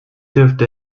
dürfte